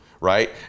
right